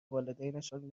والدینشان